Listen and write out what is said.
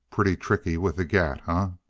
pretty tricky with the gat, ah?